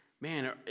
man